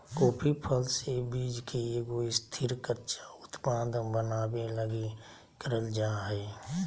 coffee फल से बीज के एगो स्थिर, कच्चा उत्पाद बनाबे लगी करल जा हइ